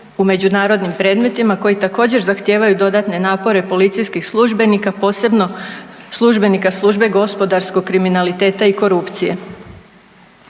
u međunarodnim predmetima koji također zahtijevaju dodatne napore policijskih službenika, posebno službenika Službe gospodarskog kriminaliteta i korupcije.